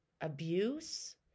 abuse